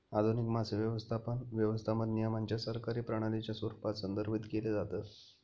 आधुनिक मासे व्यवस्थापन, व्यवस्थापन नियमांच्या सरकारी प्रणालीच्या स्वरूपात संदर्भित केलं जातं